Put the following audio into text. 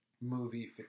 movie